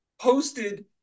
posted